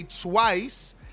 twice